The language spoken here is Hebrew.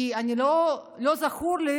כי לא זכור לי